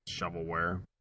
shovelware